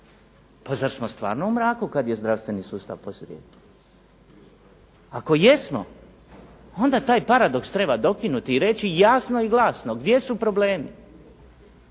Pa zar smo stvarno u mraku kad je zdravstveni sustav posrijedi? Ako jesmo, onda taj paradoks treba dokinuti i reći jasno i glasno gdje su problemi